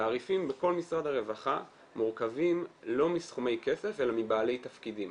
התעריפים בכל משרד הרווחה מורכבים לא מסכומי כסף אלא מבעלי תפקידים.